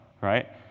right